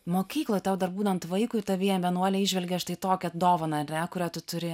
mokykloj tau dar būnant vaikui tavyje vienuolė įžvelgė štai tokią dovaną ar ne kurią tu turi